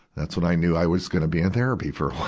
that's when i knew i was gonna be in therapy for